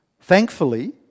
Thankfully